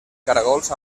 caragols